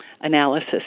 analysis